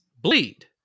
bleed